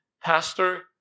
pastor